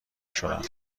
شدم